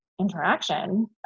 interaction